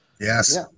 Yes